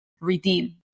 redeem